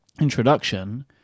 introduction